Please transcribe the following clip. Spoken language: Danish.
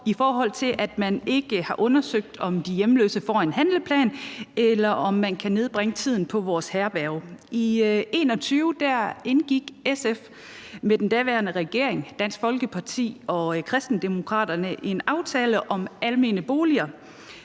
i forhold til at man ikke har undersøgt, om de hjemløse får lavet en handleplan, eller om man kan nedbringe tiden på vores herberger. I 2021 indgik SF med den daværende regering, Dansk Folkeparti og Kristendemokraterne en aftale om almene boliger,